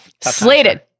slated